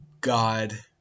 God